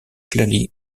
clearly